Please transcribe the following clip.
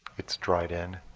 it's dried in.